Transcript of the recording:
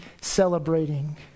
celebrating